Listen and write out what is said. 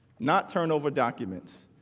not turnover documents.